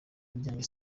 ryanjye